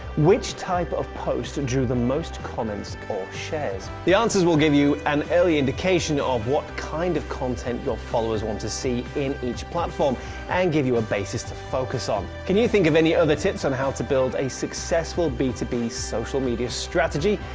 which type of post drew the most comments or shares? the answers will give you an early indication of what kind of content your followers want to see in each platform and give you a basis to focus on. can you think of any other tips on how to build a successful b two b social media strategy?